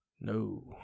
no